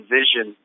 vision